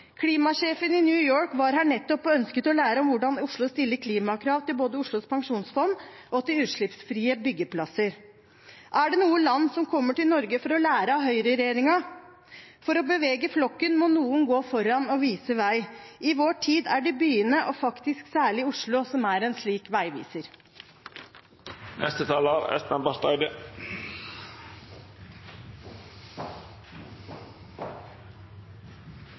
Klimasjefen i New York var her nettopp og ønsket å lære om hvordan Oslo stiller klimakrav til både Oslos pensjonsfond og til utslippsfrie byggeplasser. Er det noe land som kommer til Norge for å lære av høyreregjeringen? For å bevege flokken må noen gå foran og vise vei. I vår tid er det byene og faktisk særlig Oslo som er en slik